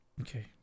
okay